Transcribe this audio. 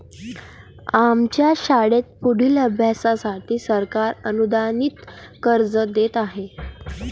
आमच्या शाळेत पुढील अभ्यासासाठी सरकार अनुदानित कर्ज देत आहे